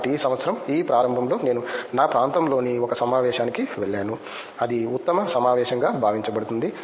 కాబట్టి ఈ సంవత్సరం ఈ ప్రారంభంలో నేను నా ప్రాంతంలోని ఒక సమావేశానికి వెళ్ళాను అది ఉత్తమ సమావేశంగా భావించబడుతుంది